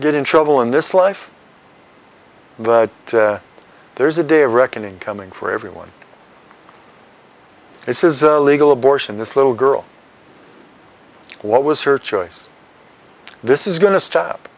get in trouble in this life but there is a day of reckoning coming for everyone this is a legal abortion this little girl what was her choice this is going to